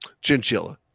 Chinchilla